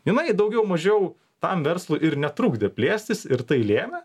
jinai daugiau mažiau tam verslui ir netrukdė plėstis ir tai lėmė